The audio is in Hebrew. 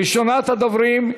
ראשונת הדוברים,